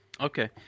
Okay